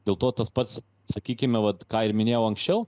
dėl to tas pats sakykime vat ką ir minėjau anksčiau